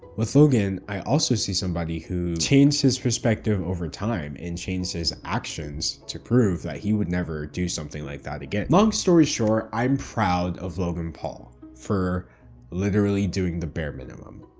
with logan, i also see somebody who changed his perspective over time and changed his actions to prove that he would never do something like that again. long story short, i'm proud of logan paul for literally doing the bare minimum.